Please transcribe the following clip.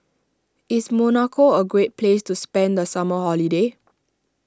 is Monaco a great place to spend the summer holiday